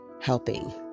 helping